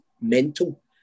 mental